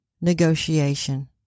negotiation